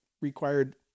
required